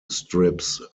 strips